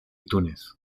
túnez